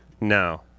No